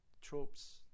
tropes